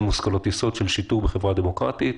זה מושכלות יסוד של שיטור בחברה דמוקרטית.